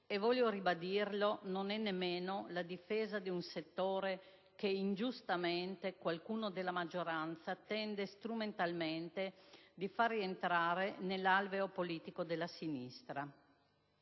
e, voglio ribadirlo, non è nemmeno la difesa di un settore che ingiustamente qualcuno della maggioranza tenta strumentalmente di far rientrare nell'alveo politico della sinistra.